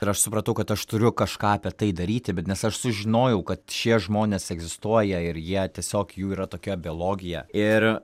ir aš supratau kad aš turiu kažką apie tai daryti bet nes aš sužinojau kad šie žmonės egzistuoja ir jie tiesiog jų yra tokia biologija ir